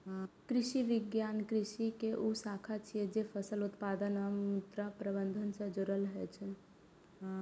कृषि विज्ञान कृषि के ऊ शाखा छियै, जे फसल उत्पादन आ मृदा प्रबंधन सं जुड़ल होइ छै